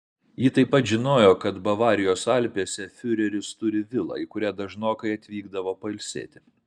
ji taip pat žinojo kad bavarijos alpėse fiureris turi vilą į kurią dažnokai atvykdavo pailsėti